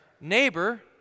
neighbor